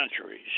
centuries